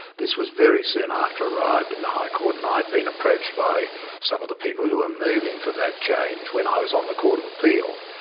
this was very soon after i arrived in the high court, and i'd been approached by some of the people who were moving for that change when i was on the court of appeal.